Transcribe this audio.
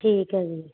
ਠੀਕ ਹੈ ਜੀ